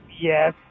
Yes